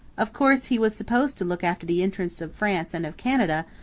of course, he was supposed to look after the interests of france and of canada,